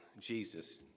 Jesus